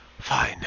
Fine